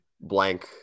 blank